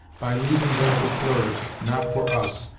by leaving them to flourish, not for us,